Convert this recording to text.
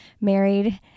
married